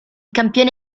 campione